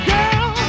Girl